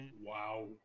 wow